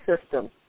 system